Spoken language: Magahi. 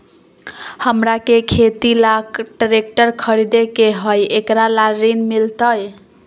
हमरा के खेती ला ट्रैक्टर खरीदे के हई, एकरा ला ऋण मिलतई?